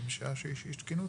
ומשעה שיש אי תקינות,